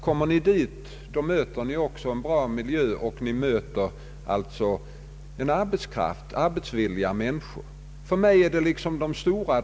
Kommer ni dit, hävdas det, möter ni en bra miljö och arbetsvilliga människor. För mig är detta något positivt.